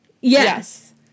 Yes